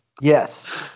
Yes